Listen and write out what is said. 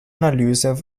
analyse